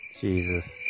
Jesus